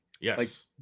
Yes